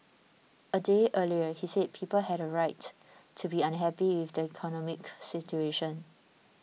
a day earlier he said people had a right to be unhappy with the economic situation